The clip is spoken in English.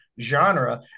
genre